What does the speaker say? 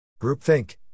Groupthink